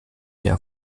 der